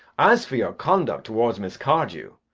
as for your conduct towards miss cardew,